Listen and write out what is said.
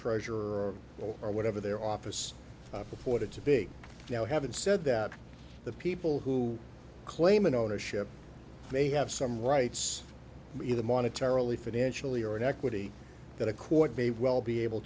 treasurer or whatever their office before it's a big now having said that the people who claim an ownership may have some rights be the monetarily financially or in equity that a court may well be able